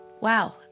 wow